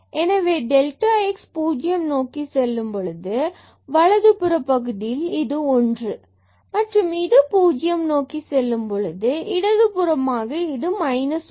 எனவே delta x பூஜ்ஜியம் நோக்கி செல்லும்பொழுது வலதுபுற பகுதியில் இது 1 மற்றும் இது பூஜ்ஜியம் நோக்கிச் செல்லும் பொழுது இடது புறமாக இது minus 1